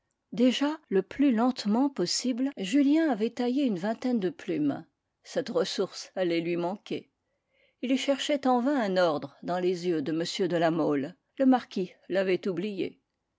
déjà le plus lentement possible julien avait taillé une vingtaine de plumes cette ressource allait lui manquer il cherchait en vain un ordre dans les yeux de m de la mole le marquis l'avait oublié